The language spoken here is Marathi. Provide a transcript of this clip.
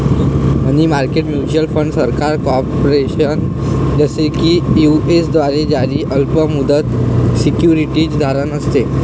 मनी मार्केट म्युच्युअल फंड सरकार, कॉर्पोरेशन, जसे की यू.एस द्वारे जारी अल्प मुदत सिक्युरिटीज धारण असते